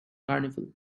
carnival